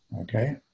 okay